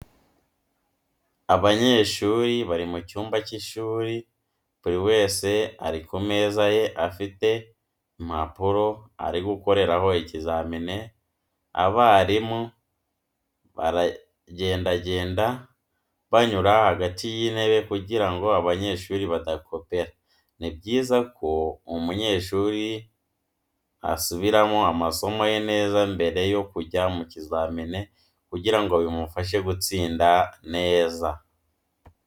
Abanyeshuri bari mu cyumba cy'ishuri buri wese ari ku meza ye afite impapuro ari gukoreraho ikizamini abarimu baragendagenda banyura hagati y'itebe kugirango abanyeshuri badakopera. Ni byiza ko umunyeshuri asubiramo amasomo ye neza mbere yo kujya mu kizamini kugira ngo bimufashe gutsinda neza.